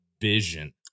vision